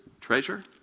treasure